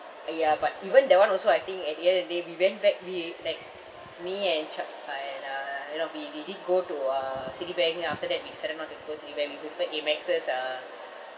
ah ya but even that [one] also I think at the end of the day we went back we like me and chuck I and uh you know we we did go to uh Citibank then after that we decided not to go with Citibank we prefer Amex's uh